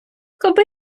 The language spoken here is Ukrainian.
коби